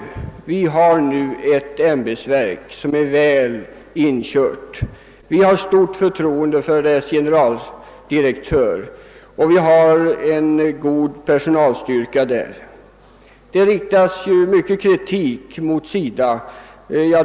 Vi har nu ett ämbetsverk som är väl inkört. Vi har stort förtroende för dess generaldirektör och verkets personalstyrka är bra. Det riktas ju mycket kritik mot SIDA.